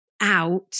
out